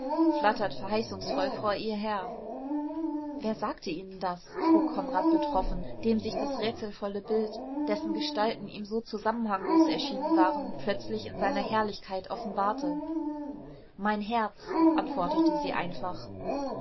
flattert verheißungsvoll vor ihr her wer sagte ihnen das frug konrad betroffen dem sich das rätselvolle bild dessen gestalten ihm so zusammenhanglos erschienen waren plötzlich in seiner herrlichkeit offenbarte mein herz antwortete sie einfach